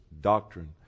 doctrine